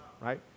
right